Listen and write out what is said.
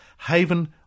Haven